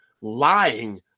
lying